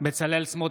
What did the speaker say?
בצלאל סמוטריץ'